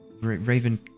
Raven